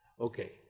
Okay